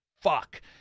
fuck